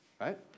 right